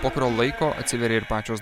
po kurio laiko atsiveria ir pačios